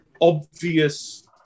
obvious